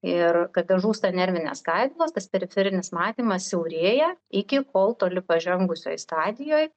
ir kada žūsta nervinės skaidulos tas periferinis matymas siaurėja iki kol toli pažengusioj stadijoj